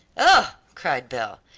oh, cried belle,